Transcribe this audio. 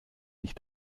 mich